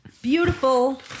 Beautiful